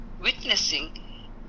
witnessing